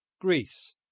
greece